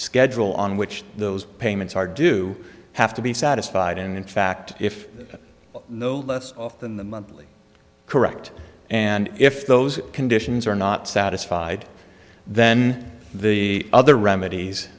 schedule on which those payments are due have to be satisfied and in fact if no less than the monthly correct and if those conditions are not satisfied then the other remedies